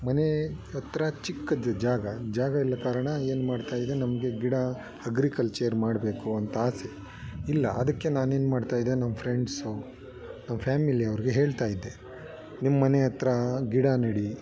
ಮನೆ ಹತ್ತಿರ ಚಿಕ್ಕದು ಜಾಗ ಜಾಗ ಇಲ್ಲ ಕಾರಣ ಏನ್ಮಾಡ್ತಾಯಿದೆ ನಮಗೆ ಗಿಡ ಅಗ್ರಿಕಲ್ಚರ್ ಮಾಡಬೇಕು ಅಂತ ಆಸೆ ಇಲ್ಲ ಅದಕ್ಕೆ ನಾನೇನು ಮಾಡ್ತಾಯಿದ್ದೆ ನಮ್ಮ ಫ್ರೆಂಡ್ಸು ನಮ್ಮ ಫ್ಯಾಮಿಲಿ ಅವ್ರಿಗೆ ಹೇಳ್ತಾಯಿದ್ದೆ ನಿಮ್ಮನೆ ಹತ್ರ ಗಿಡ ನೆಡಿ